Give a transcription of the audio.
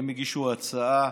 הם הגישו הצעת